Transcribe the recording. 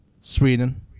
Sweden